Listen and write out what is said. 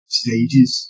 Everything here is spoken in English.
stages